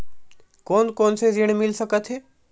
कोन कोन से ऋण मिल सकत हे?